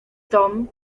dom